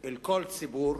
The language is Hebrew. אל כל ציבור,